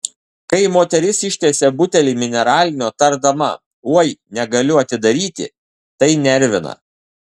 kai moteris ištiesia butelį mineralinio tardama oi negaliu atidaryti tai nervina